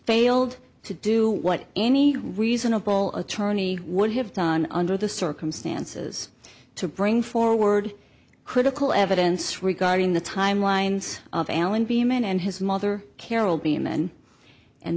failed to do what any reasonable attorney would have done under the circumstances to bring forward critical evidence regarding the timelines of allonby man and his mother carol beeman and